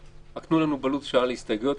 תנו לנו בלו"ז שעה להסתייגויות.